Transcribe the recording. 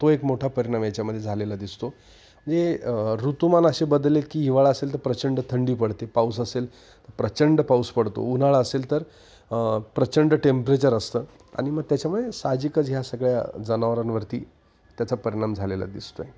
तो एक मोठा परिणाम याच्यामध्ये झालेला दिसतो हे ऋतुमान असे बदलले की हिवाळा असेल तर प्रचंड थंडी पडते पाऊस असेल तर प्रचंड पाऊस पडतो उन्हाळा असेल तर प्रचंड टेम्परेचर असतं आणि मग त्याच्यामुळे सहाजिकच ह्या सगळ्या जनावरांवरती त्याचा परिणाम झालेला दिसतो आहे